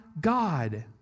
God